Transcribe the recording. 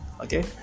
Okay